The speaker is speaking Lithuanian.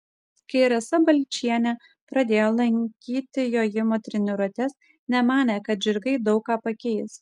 kai rasa balčienė pradėjo lankyti jojimo treniruotes nemanė kad žirgai daug ką pakeis